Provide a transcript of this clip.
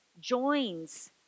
joins